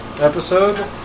episode